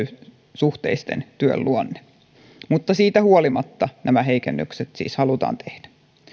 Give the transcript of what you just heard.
työsuhteisten työn luonne mutta siitä huolimatta nämä heikennykset siis halutaan tehdä